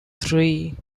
three